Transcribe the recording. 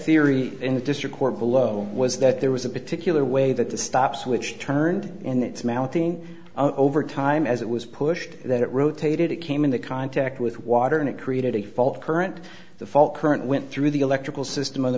theory in the district court below was that there was a particular way that the stops which turned in its mounting over time as it was pushed that it rotated it came into contact with water and it created a fault current the fault current went through the electrical system of the